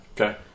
Okay